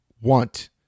want